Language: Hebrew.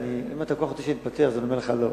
אם אתה כל כך רוצה שאני אתפטר, אני אומר לך לא.